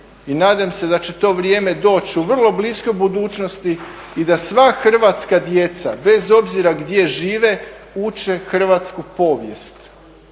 i nadam se da će to vrijeme doći u vrlo bliskoj budućnosti i da sva hrvatska djeca, bez obzira gdje žive, uče hrvatsku povijest.